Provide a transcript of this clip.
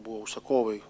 buvo užsakovai